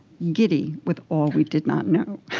giddy with all we did not know.